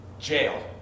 Jail